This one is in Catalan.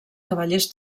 cavallers